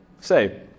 say